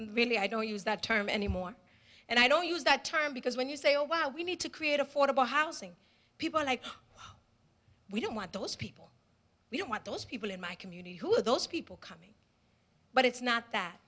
really i don't use that term anymore and i don't use that term because when you say oh wow we need to create affordable housing people like we don't want those people we don't want those people in my community who are those people coming but it's not that